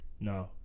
No